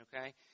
okay